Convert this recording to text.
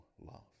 love